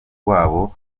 rwabo